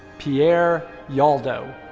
pierre yaldo.